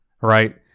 right